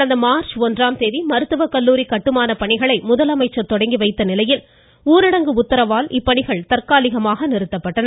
கடந்த மார்ச் ஒன்றாம் தேதி மருத்துவக் கல்லூரி கட்டுமானப் பணிகளை முதலமைச்சர் தொடங்கி வைத்த நிலையில் ஊரடங்கு உத்தரவால் இப்பணிகள் தற்காலிகமாக நிறுத்தப்பட்டன